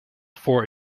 for